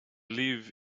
live